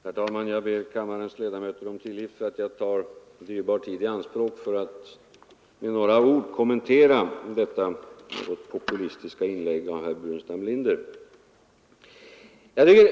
Herr talman! Jag ber kammarens ledamöter om tillgift för att jag tar dyrbar tid i anspråk för att med några ord kommentera detta något populistiska inlägg av herr Burenstam Linder.